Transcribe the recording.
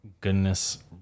Goodness